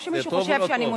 או שמישהו חושב שאני,